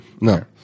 No